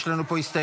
יש לנו הסתייגויות,